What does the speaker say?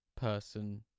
Person